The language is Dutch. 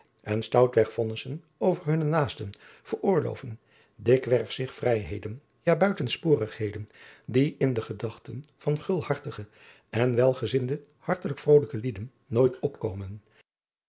en stoutweg vonnissen over hunne naasten veroorloven dikwerf zich vrijheden ja buitensporigheden die in de gedachten van gulhartige en van welgezinde hartelijk vrolijke lieden nooit opkomen